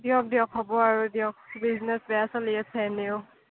দিয়ক দিয়ক হ'ব আৰু দিয়ক বিজনেছ বেয়া চলি আছে এনেও